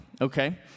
okay